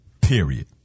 period